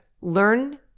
learn